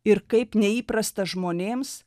ir kaip neįprasta žmonėms